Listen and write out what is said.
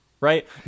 right